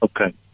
Okay